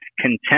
content